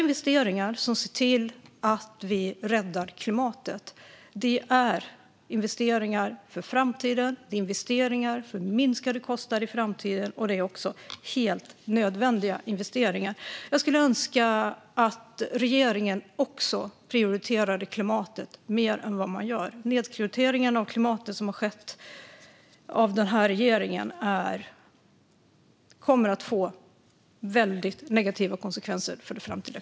Investeringar som räddar klimatet är investeringar för framtiden och för minskade kostnader i framtiden. Det är också helt nödvändiga investeringar. Jag skulle önska att regeringen prioriterade klimatet mer. Nedprioriteringen av klimatet som har gjorts av regeringen kommer att få väldigt negativa konsekvenser i framtiden.